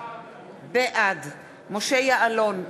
בעד משה יעלון,